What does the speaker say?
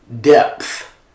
depth